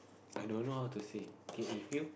i don't know how to say K if you